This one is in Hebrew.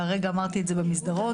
והרגע אמרתי את זה במסדרון.